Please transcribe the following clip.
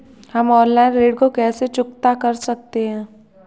हम ऑनलाइन ऋण को कैसे चुकता कर सकते हैं?